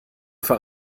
für